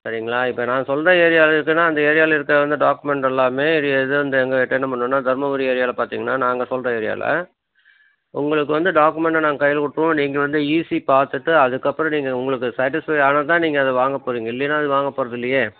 சரிங்களா இப்போ நான் சொல்லுற ஏரியாவில எடுத்தன்னா அந்த ஏரியாவில இருக்கிற அந்த டாக்குமெண்ட் எல்லாமே ரி இது இந்த எங்கள்கிட்ட என்ன பண்ணுன்னா தர்மபுரி ஏரியாவில பார்த்தீங்கன்னா நாங்கள் சொல்லுற ஏரியாவில உங்களுக்கு வந்து டாக்குமெண்ட்டை நாங்கள் கையில் கொடுத்துருவோம் நீங்கள் வந்து ஈசி பார்த்துட்டு அதுக்கப்பறம் நீங்கள் உங்களுக்கு சேட்டிஸ்ஃபைடு ஆனால் தான் நீங்கள் அதை வாங்க போகறீங்க இல்லைன்னா அதை வாங்க போகறது இல்லையே